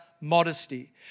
modesty